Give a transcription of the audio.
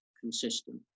consistent